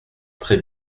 très